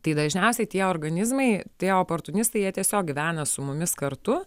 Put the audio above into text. tai dažniausiai tie organizmai tai oportunistai jie tiesiog gyvena su mumis kartu